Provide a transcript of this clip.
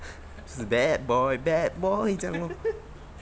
是 bad boy bad boy 这样 lor